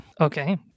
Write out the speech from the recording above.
Okay